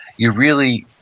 you really,